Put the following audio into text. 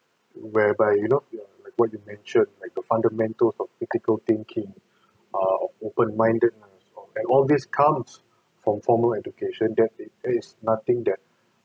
whereby you know like what do you mentioned like the fundamentals of critical thinking or open mindedness all these comes from formal education that it is nothing that